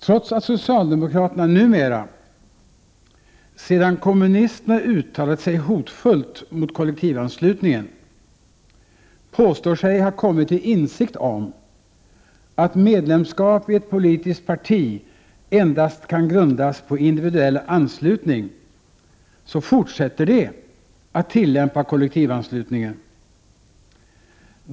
Trots att socialdemokraterna numera, sedan kommunisterna har uttalat sig hotfullt mot kollektivanslutningen, påstår sig ha kommit till insikt om att medlemskap i ett politiskt parti endast kan grundas på individuell anslutning, fortsätter de att tillämpa kollektivanslutningen.